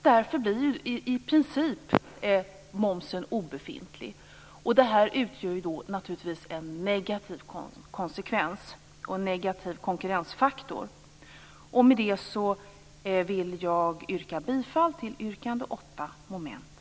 Därför blir momsen i princip obefintlig, och detta utgör naturligtvis en negativ konsekvens och en negativ konkurrensfaktor. Med det anförda vill jag yrka bifall till yrkande 8, mom. 10.